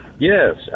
Yes